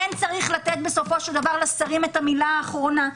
כן צריך לתת בסופו של דבר לשרים את המילה האחרונה,